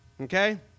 Okay